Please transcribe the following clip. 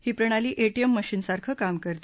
ही प्रणाली ATM machine सारखी काम करते